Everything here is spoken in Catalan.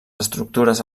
estructures